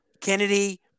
Kennedy